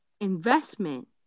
investment